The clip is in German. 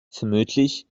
vermutlich